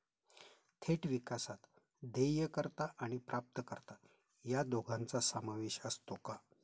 थेट विकासात देयकर्ता आणि प्राप्तकर्ता या दोघांचा समावेश असतो का?